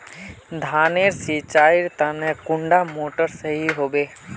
धानेर नेर सिंचाईर तने कुंडा मोटर सही होबे?